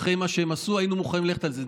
אחרי מה שהם עשו, היינו מוכנים ללכת על זה.